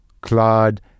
Claude